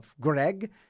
Greg